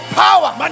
power